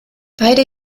beide